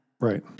Right